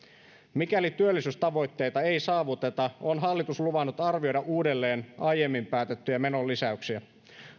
mikäli työllisyystavoitteita ei saavuteta on hallitus luvannut arvioida uudelleen aiemmin päätettyjä menonlisäyksiä